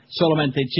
Solamente